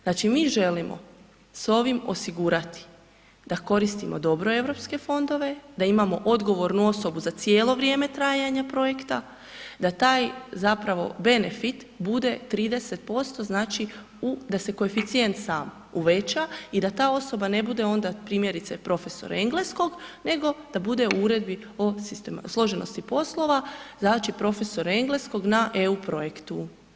Znači mi želimo s ovim osigurati da koristimo dobro Europske fondove, da imamo odgovornu osobu za cijelo vrijeme trajanja projekta, da taj zapravo benefit bude 30% znači u, da se koeficijent sam uveća i da ta osoba ne bude onda primjerice profesor engleskog nego da da bude u uredbi o složenosti poslova znači profesor engleskog na EU projektu.